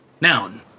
Noun